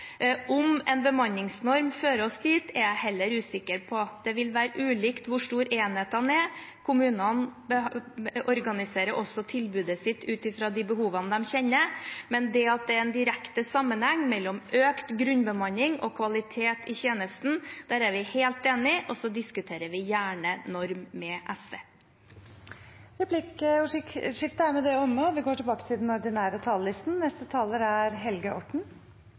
Om en bemanningsnorm fører oss dit, er jeg heller usikker på. Det vil være ulikt hvor store enhetene er. Kommunene organiserer også tilbudet sitt ut fra de behovene de kjenner. Men at det er en direkte sammenheng mellom økt grunnbemanning og kvaliteten i tjenesten, er vi helt enige om, og så diskuterer vi gjerne norm med SV. Replikkordskiftet er omme. Når vi skal definere dagens politiske løsninger, er det viktig å ha et langsiktig perspektiv, ikke bare noen år, men gjerne et generasjonsperspektiv. Høyres viktigste prosjekt er